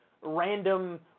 random